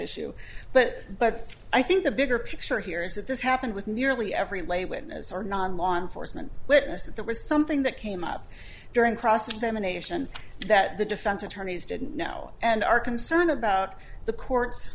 issue but but i think the bigger picture here is that this happened with nearly every lay witness or non law enforcement witness that there was something that came up during cross examination that the defense attorneys didn't know and our concern about the court